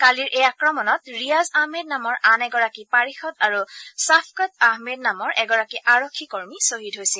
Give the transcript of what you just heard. কালিৰ এই আক্ৰমণত ৰিয়াজ আহমেদ নামৰ আন এগৰাকী পাৰিষদ আৰু চাফকট আহমেদ নামৰ এগৰাকী আৰক্ষী কৰ্মী ছহিদ হৈছিল